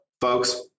folks